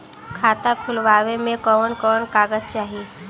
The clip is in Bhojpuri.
खाता खोलवावे में कवन कवन कागज चाही?